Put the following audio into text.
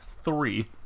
three